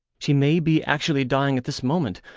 she may be actually dying at this moment,